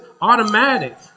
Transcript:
automatic